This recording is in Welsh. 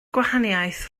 gwahaniaeth